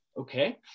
Okay